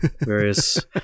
various